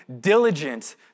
diligent